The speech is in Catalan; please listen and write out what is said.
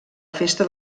festa